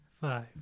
five